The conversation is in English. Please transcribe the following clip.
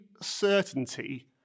certainty